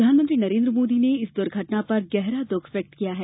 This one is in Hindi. प्रधानमंत्री नरेन्द्र मोदी ने इस दुर्घटना पर गहरा दुख व्यक्त किया है